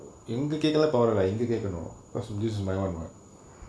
இங்கு கேகல பரவால இங்க கேக்கனும்:ingu kekala paravaala inga kekanum because this is my own word